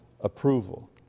approval